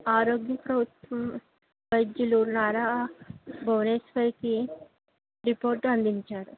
ఆరోగ్య వైద్యులు నారా భువనేశ్వరికి రిపోర్ట్ అందించారు